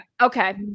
Okay